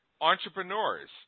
Entrepreneurs